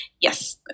yes